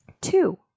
Two